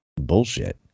bullshit